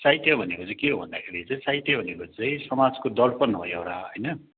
साहित्य भनेको चाहिँ के हो भन्दाखेरि चाहिँ साहित्य भनेको चाहिँ समाजको दर्पण हो एउटा होइन